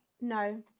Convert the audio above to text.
No